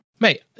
Mate